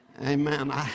Amen